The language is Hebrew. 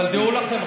מספיק.